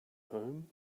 home